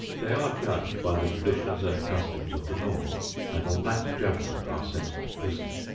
they are judged by the traditions and customs of the normal and on that judgment are sent to prison.